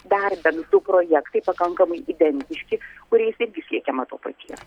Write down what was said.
dar bent du projektai pakankamai identiški kuriais irgi siekiama to paties